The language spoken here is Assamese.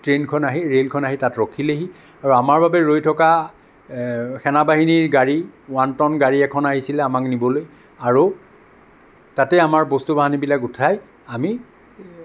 ট্ৰেইনখন আহি ৰে'লখন আহি তাত ৰখিলেহি আৰু আমাৰ বাবে ৰৈ থকা সেনাবাহিনীৰ গাড়ী ৱানট'ন গাড়ী এখন আহিছিল আমাক নিবলৈ আৰু তাতে আমাৰ বস্তু বাহিনীবিলাক উঠাই আমি